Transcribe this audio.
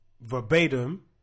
verbatim